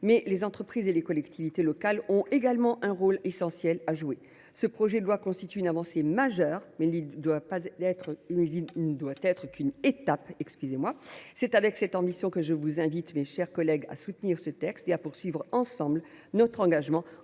mais les entreprises et les collectivités locales ont également un rôle essentiel à jouer. Ce projet de loi représente une avancée majeure, mais il ne doit être qu’une étape. C’est avec cette ambition que je vous invite, mes chers collègues, à le soutenir et à poursuivre ensemble notre engagement